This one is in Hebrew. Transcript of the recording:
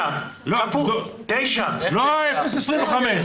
9 --- לא ה-0.25%.